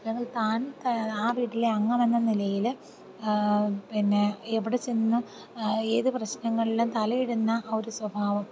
അല്ലെങ്കിൽ താൻ ആ വീട്ടിലെ അംഗമെന്ന നിലയിൽ പിന്നെ എവിടെ ചെന്നും ഏത് പ്രശ്നങ്ങളിലും തലയിടുന്ന ആ ഒരു സ്വഭാവം